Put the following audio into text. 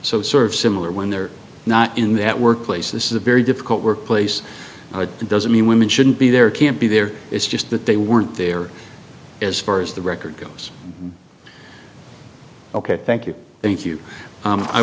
so sort of similar when they're not in that workplace this is a very difficult workplace doesn't mean women shouldn't be there can't be there it's just that they weren't there as far as the record goes ok thank you thank you